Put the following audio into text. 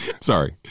Sorry